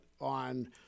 on